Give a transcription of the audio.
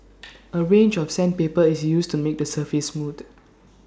A range of sandpaper is used to make the surface